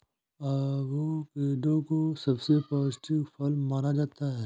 avocado को सबसे पौष्टिक फल माना जाता है